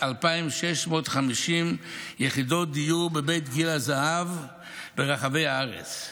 2,650 יחידות דיור בבית גיל הזהב ברחבי הארץ,